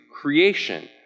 creation